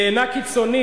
היא אינה קיצונית,